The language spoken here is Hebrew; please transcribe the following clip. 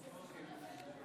(הישיבה נפסקה בשעה